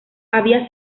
había